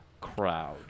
crowd